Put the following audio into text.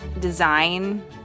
design